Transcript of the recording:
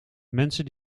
mensen